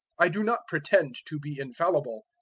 i do not pretend to be infallible.